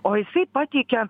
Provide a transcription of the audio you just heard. o jisai pateikia